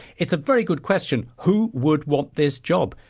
it's a very good question. who would want this job?